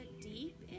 deep